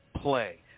play